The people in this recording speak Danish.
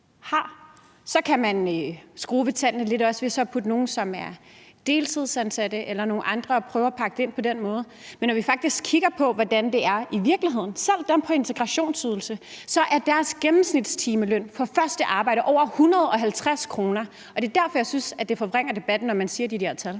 Så kan man også skrue lidt på tallene ved at putte nogle, som er deltidsansat, eller nogle andre ind og prøve at pakke det ind på den måde. Men når vi faktisk kigger på, hvordan det er i virkeligheden for dem, der er på integrationsydelse, ser vi, at deres gennemsnitstimeløn for første arbejde er over 150 kr., og det er derfor, jeg synes, at det forvrænger debatten, når man siger de der tal.